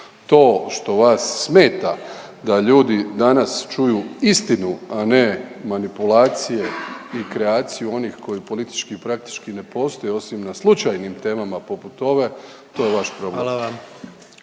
To što vas smeta da ljudi danas čuju istinu, a ne manipulacije i kreaciju onih koji politički praktički ne postoje osim na slučajnim temama poput ove to je vaš problem.